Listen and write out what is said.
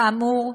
כאמור,